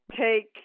Take